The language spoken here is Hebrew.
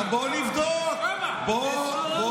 בוא נבדוק.